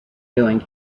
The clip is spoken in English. doing